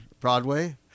Broadway